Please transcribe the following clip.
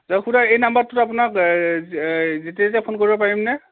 খুড়া এই নাম্বাৰটোত আপোনাক যেতিয়াই তেতিয়াই ফোন কৰিব পাৰিমনে